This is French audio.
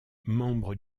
membre